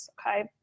okay